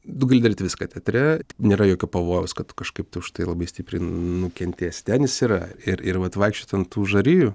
tu gali daryti viską teatre nėra jokio pavojaus kad tu kažkaip tai užtai labai stipriai nukentėsi ten jis yra ir ir vat vaikščiot ant tų žarijų